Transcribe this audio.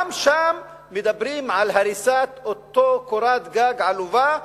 גם שם מדברים על הריסת אותה קורת גג עלובה,